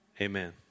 Amen